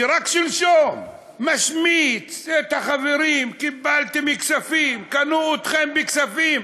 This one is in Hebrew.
שרק שלשום משמיץ את החברים: קיבלתם כספים,